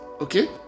okay